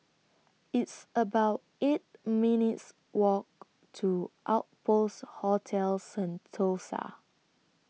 It's about eight minutes' Walk to Outpost Hotel Sentosa